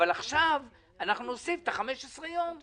אבל עכשיו נוסיף את 15 הימים,